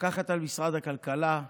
מפקחת על משרד הכלכלה,